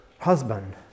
husband